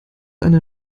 eine